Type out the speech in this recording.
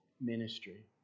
ministry